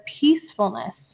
peacefulness